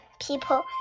people